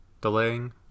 delaying